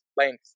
length